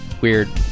weird